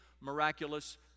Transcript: miraculous